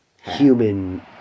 human